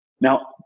now